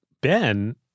Ben